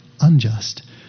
unjust